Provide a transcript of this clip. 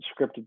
scripted